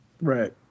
Right